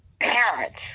parents